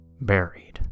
buried